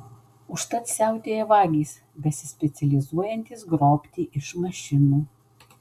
užtat siautėja vagys besispecializuojantys grobti iš mašinų